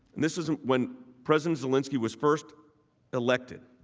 this is when president zelensky was first elected.